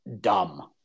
dumb